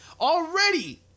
Already